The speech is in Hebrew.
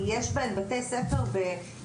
שיש בהן בתי ספר אדומים,